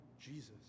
Jesus